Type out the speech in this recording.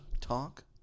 talk